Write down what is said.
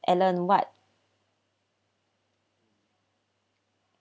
alan what